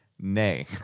Nay